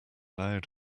loud